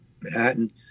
Manhattan